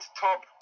top